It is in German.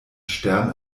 stern